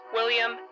William